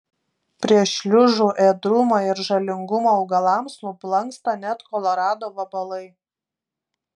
prieš šliužų ėdrumą ir žalingumą augalams nublanksta net kolorado vabalai